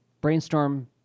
brainstorm